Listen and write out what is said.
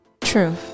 True